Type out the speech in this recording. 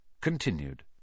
Continued